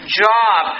job